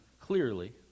clearly